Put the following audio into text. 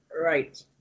Right